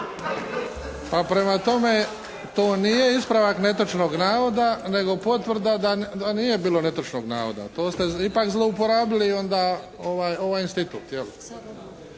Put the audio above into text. Pa prema tome to nije ispravak netočnog navoda nego potvrda da nije bilo netočnog navoda. To ste ipak zlouporabili ovaj institut.